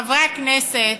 חברי הכנסת,